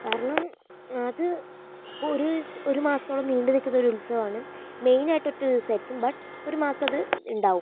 കാരണം അത് ഒരു ഒരു മാസത്തോളം നീണ്ടു നിൽക്കുന്നൊരു ഉത്സവമാണ് മെയിനായിട്ട് ഒറ്റ ദിവസമായിരിക്കും ബട്ട് ഒരു മാസമത് ഉണ്ടാവും